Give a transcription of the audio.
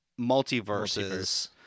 multiverses